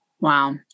Wow